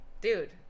Dude